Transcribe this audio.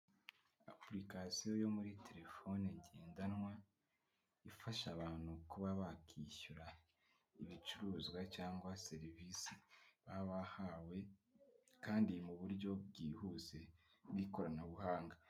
Apurikasiyo yo muri telefoni ngendanwa ifasha abantu kuba bakishyura ibicuruzwa cyangwa serivisi baba bahawe kandi mu buryo bwihuse bw'ikoranabuhanga.